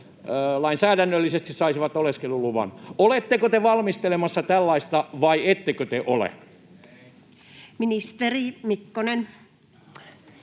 lainsäädännöllisesti saisivat oleskeluluvan. Oletteko te valmistelemassa tällaista vai ettekö te ole? [Speech